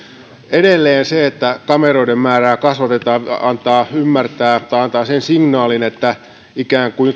edelleen se että kameroiden määrää kasvatetaan antaa ymmärtää tai antaa sen signaalin että kaahaaminen olisi ikään kuin